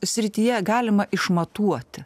srityje galima išmatuoti